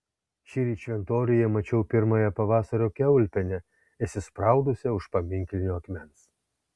šįryt šventoriuje mačiau pirmąją pavasario kiaulpienę įsispraudusią už paminklinio akmens